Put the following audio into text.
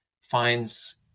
finds